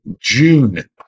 June